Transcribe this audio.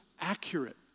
accurate